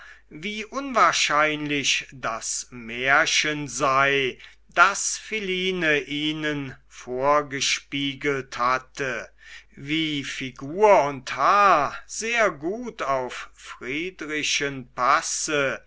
wie unwahrscheinlich das märchen sei das philine ihnen vorgespiegelt hatte wie figur und haar sehr gut auf friedrichen passe